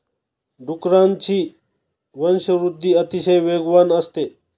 डुकरांची वंशवृद्धि अतिशय वेगवान असते